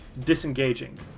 disengaging